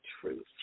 truth